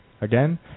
Again